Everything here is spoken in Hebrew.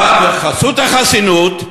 באה בחסות החסינות,